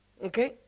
okay